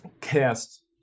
cast